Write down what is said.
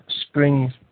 Spring